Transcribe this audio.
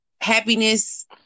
happiness